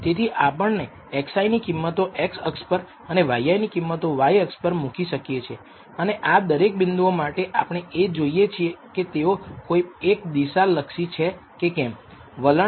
તેથી આપણે xi ની કિંમતો x અક્ષ પર અને yi ની કિંમતો y અક્ષ પર મૂકી શકીએ અને આ દરેક બિંદુઓ માટે આપણે એ જોઈ શકીએ છીએ કે તેઓ કોઈ એક દિસા લક્ષી છે કે કેમ